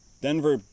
Denver